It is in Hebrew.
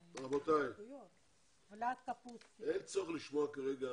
רבותי, אין צורך לשמוע כרגע